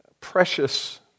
precious